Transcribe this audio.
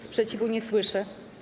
Sprzeciwu nie słyszę.